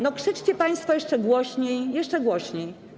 No krzyczcie państwo jeszcze głośniej, jeszcze głośniej.